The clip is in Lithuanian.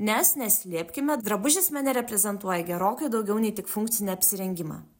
nes neslėpkime drabužis mene reprezentuoja gerokai daugiau nei tik funkcinį apsirengimą